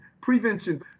prevention